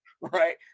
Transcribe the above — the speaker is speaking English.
right